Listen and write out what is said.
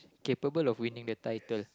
capable of winning the title